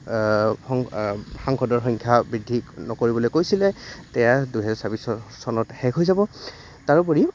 সাংসদৰ সংখ্যা বৃদ্ধি নকৰিবলৈ কৈছিলে সেয়া দুহেজাৰ ছাব্বিছ চনত শেষ হৈ যাব তাৰোপৰি